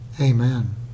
Amen